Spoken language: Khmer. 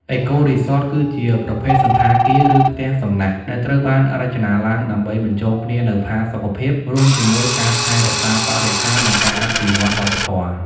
អេកូរីសតគឺជាប្រភេទសណ្ឋាគារ ឬផ្ទះសំណាក់ដែលត្រូវបានរចនាឡើងដើម្បីបញ្ចូលគ្នានូវផាសុកភាព រួមជាមួយការថែរក្សាបរិស្ថាន និងការអភិរក្សវប្បធម៌។